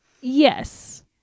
Yes